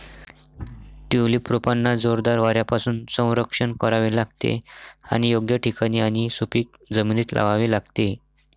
tulip रोपांना जोरदार वाऱ्यापासून संरक्षण करावे लागते आणि योग्य ठिकाणी आणि सुपीक जमिनीत लावावे लागते